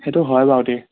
সেইটো হয় বাৰু দেই